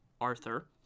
Arthur